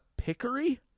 Pickery